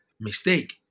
mistake